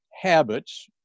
habits